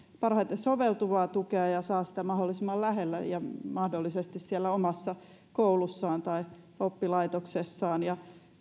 parhaiten soveltuvaa tukea ja saa sitä mahdollisimman lähellä ja mahdollisesti siellä omassa koulussaan tai oppilaitoksessaan ja